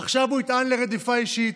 עכשיו הוא יטען לרדיפה אישית,